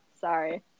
sorry